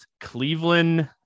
Cleveland